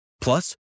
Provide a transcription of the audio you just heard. Plus